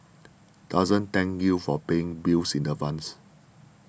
doesn't thank you for paying bills in advance